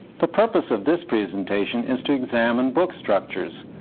the purpose of this presentation is to examine book structures,